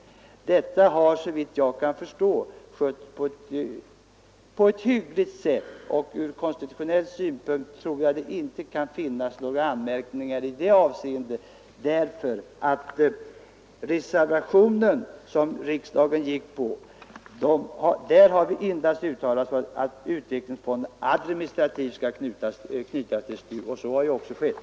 Detta har såvitt jag kan förstå skötts. på ett hyggligt sätt, och ur konstitutionell synpunkt tror jag att det inte kan riktas några anmärkningar i det avseendet. I reservationen, som riksdagen biföll, uttalades endast att utvecklingsfonden administrativt skulle knytas till STU, och så har ju också skett.